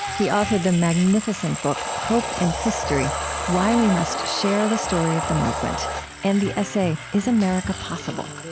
he authored the magnificent book hope and history why we must share the story of the movement and the essay is america possible?